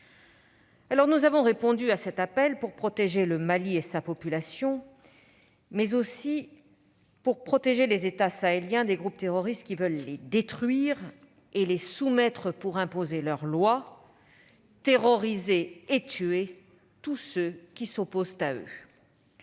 Nous avons répondu à cet appel pour protéger le Mali et sa population, mais aussi pour protéger les États sahéliens des groupes terroristes qui veulent les détruire et les soumettre pour imposer leur loi, terroriser et tuer tous ceux qui s'opposent à eux.